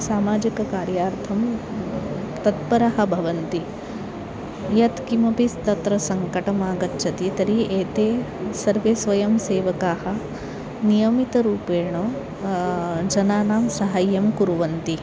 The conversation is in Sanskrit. सामाजिककार्यार्थं तत्पराः भवन्ति यत्किमपि तत्र सङ्कटमागच्छति तर्हि एते सर्वे स्वयं सेवकाः नियमितरूपेण जनानां सहायं कुर्वन्ति